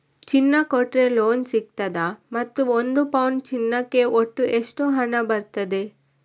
ಚಿನ್ನ ಕೊಟ್ರೆ ಲೋನ್ ಸಿಗ್ತದಾ ಮತ್ತು ಒಂದು ಪೌನು ಚಿನ್ನಕ್ಕೆ ಒಟ್ಟು ಎಷ್ಟು ಹಣ ಬರ್ತದೆ?